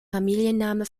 familienname